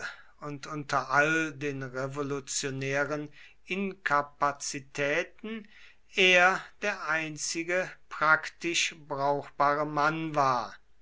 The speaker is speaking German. und unter all den revolutionären inkapazitäten er der einzige praktisch brauchbare mann war